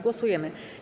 Głosujemy.